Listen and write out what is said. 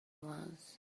was